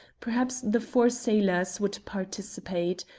perhaps the four sailors, would participate.